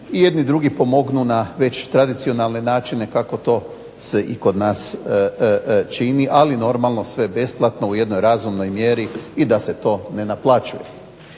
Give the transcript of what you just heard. i jedni drugima pomognu na već tradicionalne načine kako to se i kod nas čini, ali normalno sve besplatno u jednoj razumnoj mjeri i da se to ne naplaćuje.